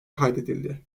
kaydedildi